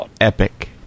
epic